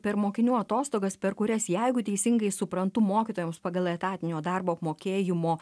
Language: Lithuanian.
per mokinių atostogas per kurias jeigu teisingai suprantu mokytojams pagal etatinio darbo apmokėjimo